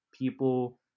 people